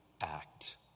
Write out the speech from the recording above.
act